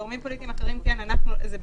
גורמים פוליטיים אחרים כן, ואנחנו לא?